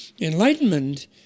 enlightenment